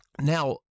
Now